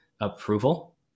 approval